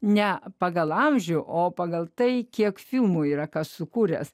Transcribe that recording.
ne pagal amžių o pagal tai kiek filmų yra ką sukūręs